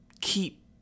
keep